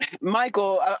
Michael